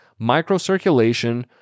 microcirculation